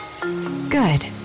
Good